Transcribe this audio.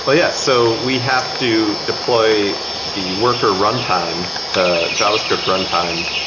but yeah. so we have to deploy the worker runtime, the javascript runtime,